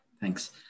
thanks